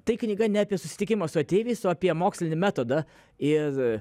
tai knyga ne apie susitikimą su ateiviais o apie mokslinį metodą ir